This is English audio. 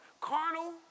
carnal